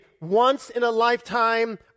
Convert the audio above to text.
once-in-a-lifetime